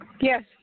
Yes